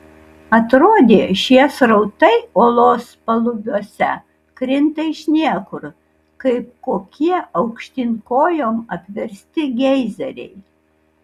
atrodė šie srautai olos palubiuose krinta iš niekur kaip kokie aukštyn kojom apversti geizeriai